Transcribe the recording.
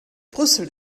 brüssel